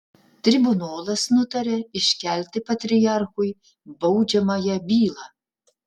tribunolas nutaria iškelti patriarchui baudžiamąją bylą